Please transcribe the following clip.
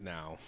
Now